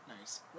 nice